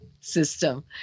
system